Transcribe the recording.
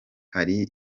hari